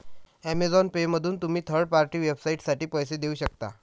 Amazon पेमधून तुम्ही third party वेबसाइटसाठी पैसे देऊ शकता